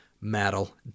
metal